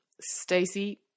Stacey